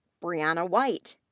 brianna white,